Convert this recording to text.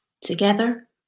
Together